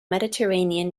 mediterranean